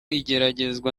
igeragezwa